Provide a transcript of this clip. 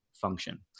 function